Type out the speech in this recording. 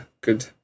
good